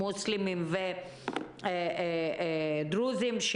מוסלמים ודרוזים,